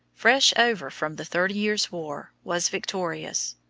fresh over from the thirty years' war, was victorious.